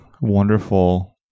wonderful